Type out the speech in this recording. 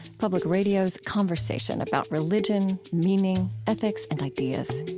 public radio's conversation about religion, meaning, ethics, and ideas.